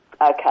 Okay